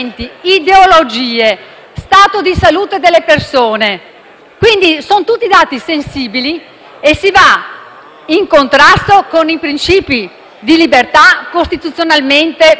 stato di salute delle persone, quindi tutti dati sensibili, andando in contrasto con i principi di libertà costituzionalmente previsti.